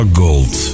gold